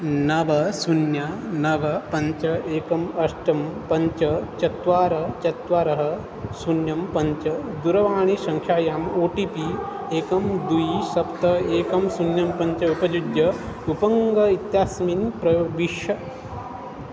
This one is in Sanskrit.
नव शून्यं नव पञ्च एकम् अष्ट पञ्च चत्वारि चत्वारि शून्यं पञ्च दूरवाणी सङ्ख्यायाम् ओ टि पि एकं द्वे सप्त एकं शून्यं पञ्च उपयुज्य उपङ्गा इत्यस्मिन् प्रविश